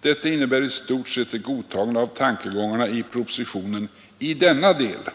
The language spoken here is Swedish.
Detta innebär i stort sett ett godtagande av tankegångarna i propositionen i denna del.